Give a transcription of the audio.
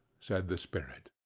said the spirit.